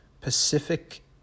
pacific